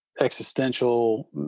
existential